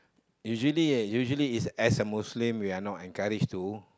usually usually is as an Muslim we are not encouraged to